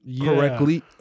correctly